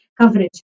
coverage